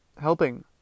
helping